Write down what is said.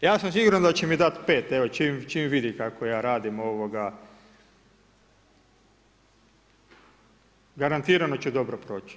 Ja sam siguran da će mi dati pet čim vidi kako ja radim, garantirano ću dobro proći.